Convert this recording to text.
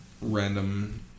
random